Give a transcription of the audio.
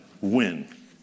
win